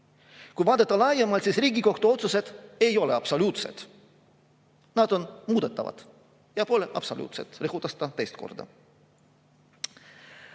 Kui vaadata laiemalt, siis Riigikohtu otsused ei ole absoluutsed. Nad on muudetavad ja pole absoluutsed, rõhutas ta teist korda.